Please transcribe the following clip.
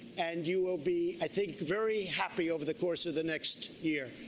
and you will be i think very happy over the course of the next year.